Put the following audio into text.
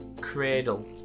Cradle